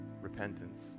repentance